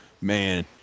man